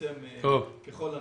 נצמצם ככל הניתן.